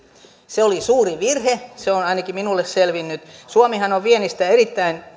se oli suuri virhe se on ainakin minulle selvinnyt suomihan on viennistä erittäin